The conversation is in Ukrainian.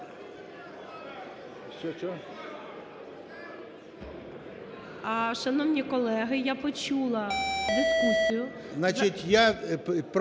Шановні колеги, я почула дискусію.